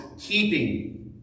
keeping